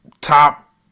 top